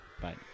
Bye